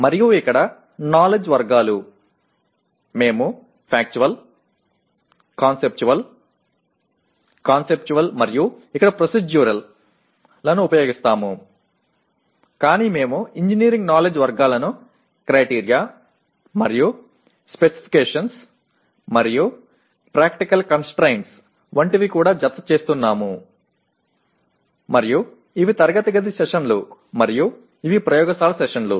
మరియు ఇక్కడ నాలెడ్జి వర్గాలు మేము ఫ్యాక్చువల్ కాన్సెప్చువల్ కాన్సెప్చువల్ మరియు ఇక్కడ ప్రొసీడ్యురల్ లను ఉపయోగిస్తున్నాము కాని మేము ఇంజనీరింగ్ నాలెడ్జ్ వర్గాలను క్రైటీరియా మరియు స్పెసిఫికేషన్స్ మరియు ప్రాక్టికల్ కంస్ట్రయిన్స్ వంటివి కూడా జతచేస్తున్నాము మరియు ఇవి తరగతి గది సెషన్లు మరియు ఇవి ప్రయోగశాల సెషన్లు